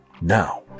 now